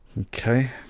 Okay